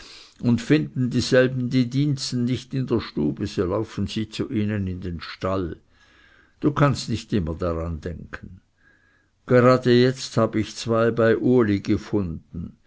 und finden dieselben die diensten nicht in der stube so laufen sie zu ihnen in den stall du kannst nicht immer daran denken gerade jetzt habe ich zwei bei uli gefunden